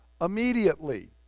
immediately